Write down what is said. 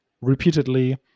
repeatedly